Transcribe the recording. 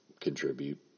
contribute